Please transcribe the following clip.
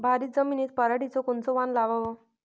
भारी जमिनीत पराटीचं कोनचं वान लावाव?